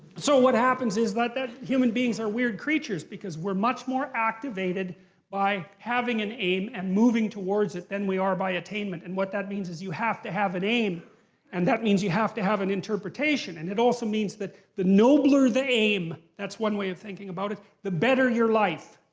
so what happens is that that human beings are weird creatures because we're much more activated by having an aim and moving towards it than we are by attainment. and what that means is you have to have an aim and that means you have to have an interpretation. and it also means that the nobler the aim, that's one way of thinking about it, the better your life.